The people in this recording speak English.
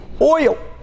oil